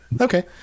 Okay